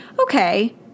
okay